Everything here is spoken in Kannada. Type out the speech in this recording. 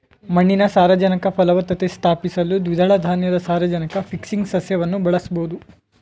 ಮಣ್ಣಿನ ಸಾರಜನಕ ಫಲವತ್ತತೆ ಸ್ಥಾಪಿಸಲು ದ್ವಿದಳ ಧಾನ್ಯದ ಸಾರಜನಕ ಫಿಕ್ಸಿಂಗ್ ಸಸ್ಯವನ್ನು ಬಳಸ್ಬೋದು